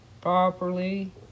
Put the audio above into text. properly